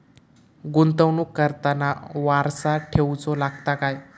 गुंतवणूक करताना वारसा ठेवचो लागता काय?